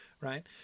right